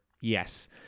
Yes